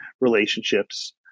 relationships